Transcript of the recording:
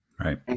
right